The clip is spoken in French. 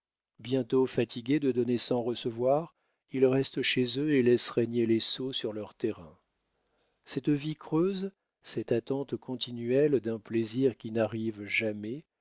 bientôt fatigués de donner sans recevoir ils restent chez eux et laissent régner les sots sur leur terrain cette vie creuse cette attente continuelle d'un plaisir qui n'arrive jamais